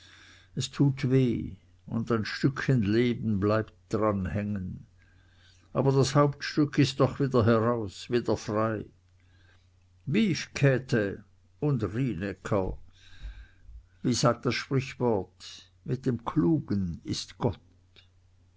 es tut weh und ein stückchen leben bleibt dran hängen aber das hauptstück ist doch wieder heraus wieder frei vive käthe und rienäcker wie sagt das sprichwort mit dem klugen ist gott